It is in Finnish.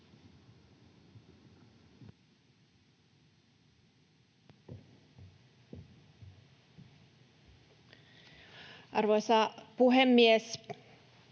Arvoisa puhemies!